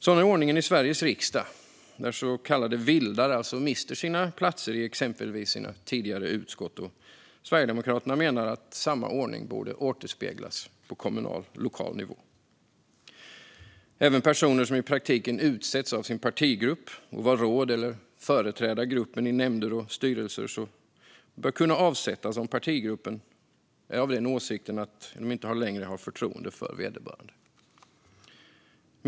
Sådan är ordningen i Sveriges riksdag, där så kallade vildar alltså mister sina platser i exempelvis sina tidigare utskott. Sverigedemokraterna menar att samma ordning borde återspeglas på lokal nivå. Även personer som i praktiken utsetts av sin partigrupp att vara råd eller att företräda gruppen i nämnder och styrelser bör kunna avsättas om partigruppen är av åsikten att den inte längre har förtroende för vederbörande.